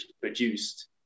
produced